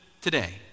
today